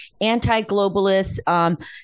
anti-globalists